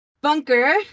bunker